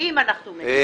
אם אנחנו מגיעים לשם.